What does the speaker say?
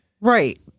right